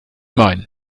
meinen